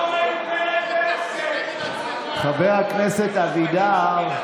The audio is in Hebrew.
חבר הכנסת אבידר.